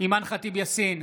אימאן ח'טיב יאסין,